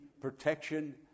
protection